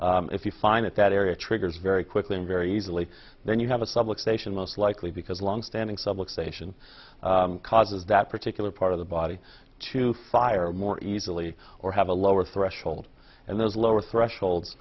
if you find it that area triggers very quickly and very easily then you have a subway station most likely because longstanding civilization causes that particular part of the body to fire more easily or have a lower threshold and there's a lower threshold